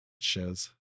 Shows